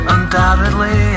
Undoubtedly